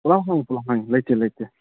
ꯄꯨꯂꯞ ꯍꯥꯡꯉꯤ ꯂꯩꯇꯦ ꯂꯩꯇꯦ